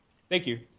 thank you.